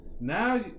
Now